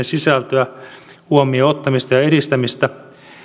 sisältöä huomioon ottamista ja edistämistä